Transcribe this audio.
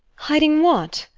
hiding what?